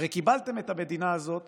הרי קיבלתם את המדינה הזאת